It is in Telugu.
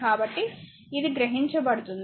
కాబట్టి ఇది గ్రహించబడుతుంది